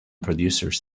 producers